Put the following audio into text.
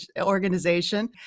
Organization